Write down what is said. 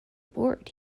board